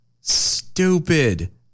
stupid